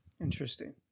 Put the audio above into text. Interesting